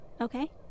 Okay